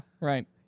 right